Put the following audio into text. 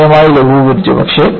അത് ഗണ്യമായി ലഘൂകരിച്ചു